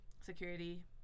security